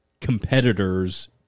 competitors